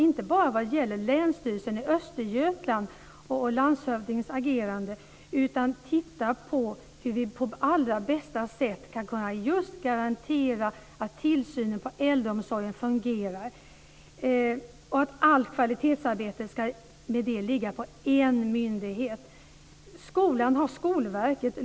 Det gäller inte bara Länsstyrelsen i Östergötland och landshövdingens agerande, utan han bör också titta på hur vi på allra bästa sätt ska kunna garantera att tillsynen av äldreomsorgen fungerar. Allt kvalitetsarbete ska i och med det ligga på en myndighet. Skolan har Skolverket.